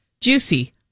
juicy